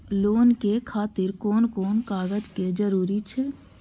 Loan के खातिर कोन कोन कागज के जरूरी छै?